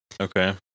Okay